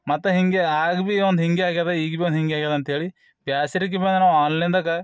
ಮತ್ತೆ ಹೀಗೆ ಆಗ ಭಿ ಒಂದು ಹೀಗೆ ಆಗಿದ ಈಗ ಭಿ ಹಿಂಗೆ ಆಗ್ಯದ ಅಂತೇಳಿ ಬೇಸರಿಕೆ ಬಂದು ನಾವು ಆನ್ಲೈನ್ದಾಗೆ